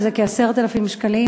שזה כ-10,000 שקלים,